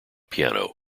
piano